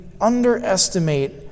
underestimate